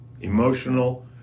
emotional